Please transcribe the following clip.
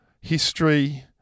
history